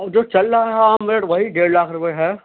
جو چل رہا ہے عام ریٹ وہی ڈیڑھ لاکھ روپے ہے